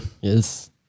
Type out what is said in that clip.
yes